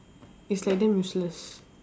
it's like damn useless